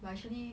but actually